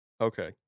Okay